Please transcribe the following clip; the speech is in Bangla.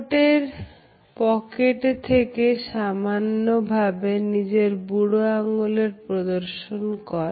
কোটের পকেটে থেকে সামান্য ভাবে নিজের বুড়ো আঙ্গুলের প্রদর্শন করা